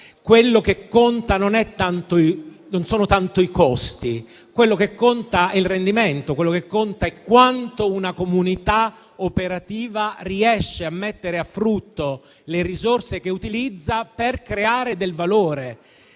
Ciò che conta non sono tanto i costi. Quello che conta è il rendimento: quello che conta è quanto una comunità operativa riesce a mettere a frutto le risorse che utilizza per creare valore.